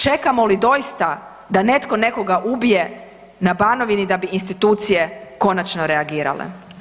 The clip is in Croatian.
Čekamo li doista da netko nekog ubije na Banovini da bi institucije konačno reagirale?